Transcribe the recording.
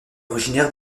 originaire